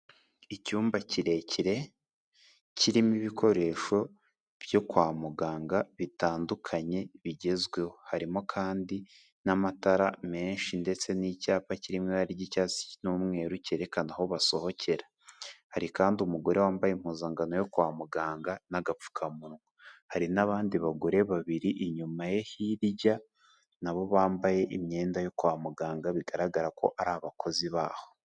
Icyumba kirekire kirimo ibikoresho byo kwa muganga bitandukanye bigezweho, harimo kandi n'amatara menshi ndetse n'icyapa kirimo ibara ry'icyatsi n'umweru cyerekana aho basohokera, hari kandi umugore wambaye impuzankano yo kwa muganga n'agapfukamunwa, hari n'abandi bagore babiri inyuma ye hirya, na bo bambaye imyenda yo kwa muganga bigaragara ko ari abakozi baho.